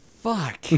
Fuck